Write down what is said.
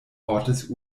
ortes